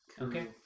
Okay